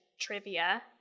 trivia